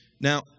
Now